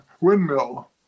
windmill